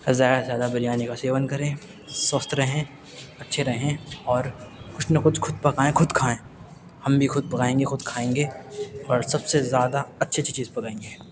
زیادہ سے زیادہ بریانی کا سیون کریں سوستھ رہیں اچھے رہیں اور کچھ نہ کچھ خود پکائیں خود کھائیں ہم بھی خود پکائیں گے خود کھائیں گے اور سب سے زیادہ اچھی اچھی چیز پکائیں گے